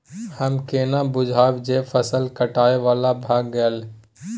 हम केना बुझब जे फसल काटय बला भ गेल?